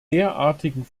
derartigen